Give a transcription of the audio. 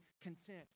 content